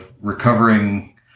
recovering